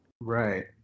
Right